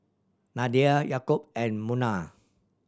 Nadia Yaakob and Munah